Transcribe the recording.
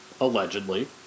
allegedly